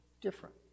different